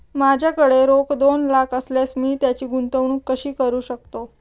माझ्याकडे रोख दोन लाख असल्यास मी त्याची गुंतवणूक कशी करू शकतो?